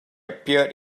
appeared